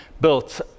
built